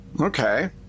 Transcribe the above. Okay